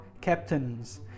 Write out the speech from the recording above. captains